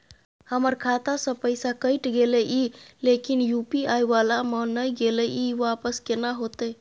हमर खाता स पैसा कैट गेले इ लेकिन यु.पी.आई वाला म नय गेले इ वापस केना होतै?